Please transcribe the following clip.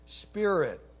spirit